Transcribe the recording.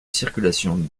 circulation